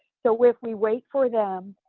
so if we wait for them,